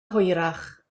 hwyrach